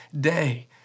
day